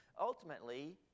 Ultimately